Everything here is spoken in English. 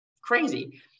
crazy